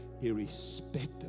irrespective